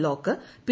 block P